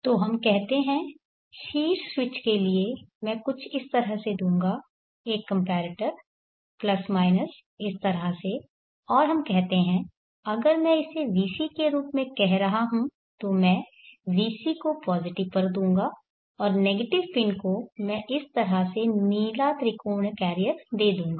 तो हम कहते हैं शीर्ष स्विच के लिए मैं कुछ इस तरह से दूंगा एक कंपैरेटर प्लस माइनस इस तरह से और हमें कहते हैं अगर मैं इसे vc के रूप में कह रहा हूं तो मैं vc को पॉजिटिव पर दूंगा और नेगेटिव पिन को मैं इस तरह से नीला त्रिकोणीय कैरियर दे दूंगा